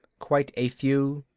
quite a few.